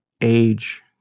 age